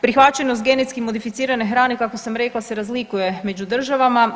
Prihvaćenost genetski modificirane hrane kako sam rekla se razlikuje među državama.